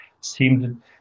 seemed